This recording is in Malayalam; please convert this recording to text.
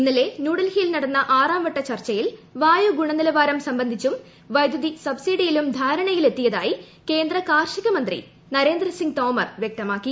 ഇന്നലെ ന്യൂഡൽഹിയിൽ നടന്ന ആറാം വട്ട ചർച്ചയിൽ വായു ഗുണനിലവാരം സംബന്ധിച്ചും വൈദ്യുതി സബ്സിഡിയിലും ധാരണയായതായി കേന്ദ്ര കാർഷിക മന്ത്രി നരേന്ദ്രസിങ് തോമർ വൃക്തമാക്കി